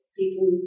people